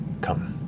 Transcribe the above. come